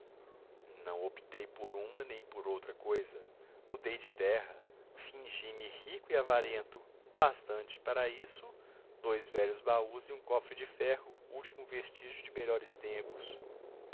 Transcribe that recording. não optei por uma nem por outra coisa mudei de terra fingi me rico e avarento bastante para isso dois velhos baús e um cofre de ferro último vestígio de melhores tempos